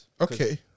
Okay